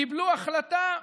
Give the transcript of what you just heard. קיבלו החלטה,